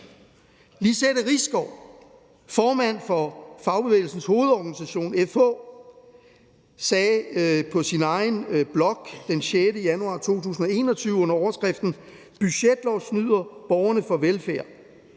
Lizette Risgaard, formand for Fagbevægelsens Hovedorganisation, FH, sagde på sin egen blog den 6. januar 2021 under overskriften »Budgetlov snyder borgerne for velfærd«: